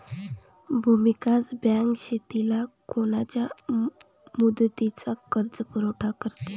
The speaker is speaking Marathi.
भूविकास बँक शेतीला कोनच्या मुदतीचा कर्जपुरवठा करते?